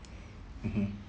mmhmm